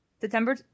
September